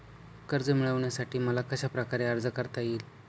कर्ज मिळविण्यासाठी मला कशाप्रकारे अर्ज करता येईल?